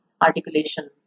articulation